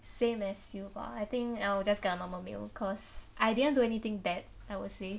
same as you bah I think I'll just get a normal meal cause I didn't do anything bad I would say